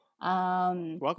Welcome